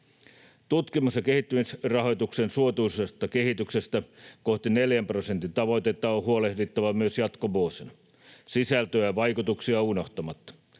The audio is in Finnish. Tutkimus- ja kehittämisrahoituksen suotuisasta kehityksestä kohti 4 prosentin tavoitetta on huolehdittava myös jatkovuosina, sisältöä ja vaikutuksia unohtamatta.